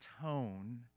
tone